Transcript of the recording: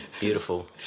Beautiful